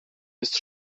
jest